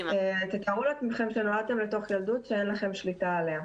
"תתארו לעצמכם שנולדתם לתוך ילדות שאין לכם שליטה עליה.